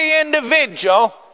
individual